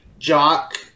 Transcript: Jock